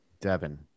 Devin